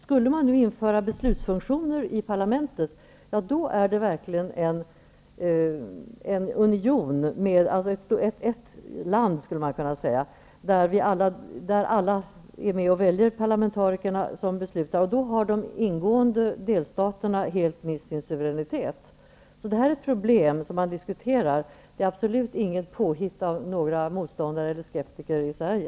Skulle man nu införa beslutsfunktioner i parlamentet, då är det verkligen en union, ''ett land'', där alla är med och väljer parlamentarikerna, som beslutar. Då har de ingående delstaterna helt mist sin suveränitet. Så det här är ett problem som diskuteras inom EG. Det är absolut inte något påhitt av några motståndare eller skeptiker i Sverige.